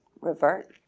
revert